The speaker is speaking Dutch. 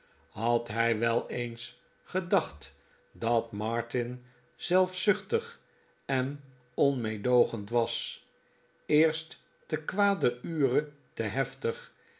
had hij wel eens gedacht dat martin zelfzuchtig en onmeedoogend was eerst te kwader ure te heftig